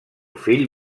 fill